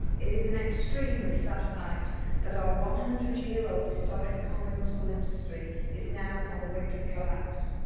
it is an extremely sad fact that our one hundred year old historic conwy mussel industry is now on the brink of collapse.